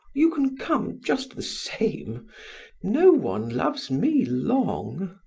you can come just the same no one loves me long.